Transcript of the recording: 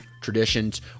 traditions